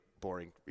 boring